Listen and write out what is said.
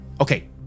okay